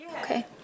Okay